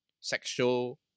sexual